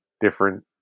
different